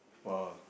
!wow!